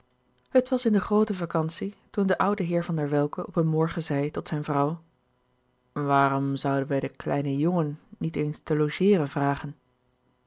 het was in de groote vacantie toen de oude heer van der welcke op een morgen zei tot zijn vrouw waarom zouden wij den kleinen jongen niet eens te logeeren vragen